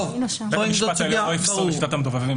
בית המשפט העליון לא יפסול את המדובבים.